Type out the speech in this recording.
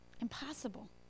Impossible